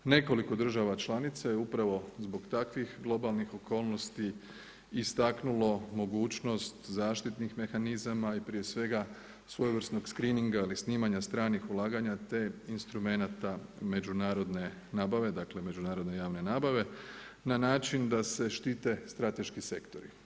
Nekoliko država članica je upravo zbog takvih globalnih okolnosti istaknulo mogućnost zaštitnih mehanizama i prije svega svojevrsnog screeninga ali i snimanja stranih ulaganja te instrumenata međunarodne nabave, dakle međunarodne javne nabave, na način da se štite strateški sektori.